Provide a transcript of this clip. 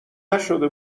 نشده